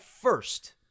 first